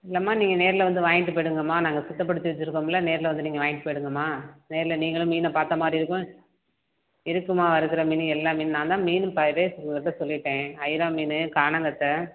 இல்லைம்மா நீங்கள் நேர்ல வந்து வாங்கிட்டு போய்டுங்கம்மா நாங்கள் சுத்தப்படுத்தி வச்சிருக்கோம்ல நேர்ல வந்து நீங்கள் வாங்கிட்டு போய்டுங்கம்மா நேர்ல நீங்களும் மீனை பார்த்த மாதிரி இருக்கும் இருக்குமா வறுக்கிற மீன் எல்லா மீன் நான் தான் மீன் பெ இதே உங்கள்கிட்ட சொல்லிட்டேன் அயிரை மீன் கானாங்கெத்த